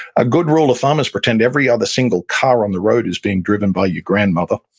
a good rule of thumb is pretend every other single car on the road is being driven by your grandmother.